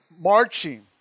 marching